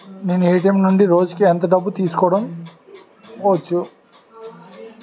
నేను ఎ.టి.ఎం నుండి రోజుకు ఎంత డబ్బు తీసుకోవచ్చు?